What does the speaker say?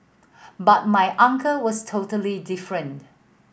but my uncle was totally different